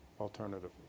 alternative